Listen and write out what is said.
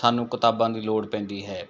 ਸਾਨੂੰ ਕਿਤਾਬਾਂ ਦੀ ਲੋੜ ਪੈਂਦੀ ਹੈ